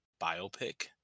biopic